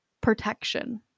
protection